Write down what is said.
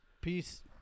peace